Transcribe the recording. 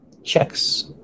Checks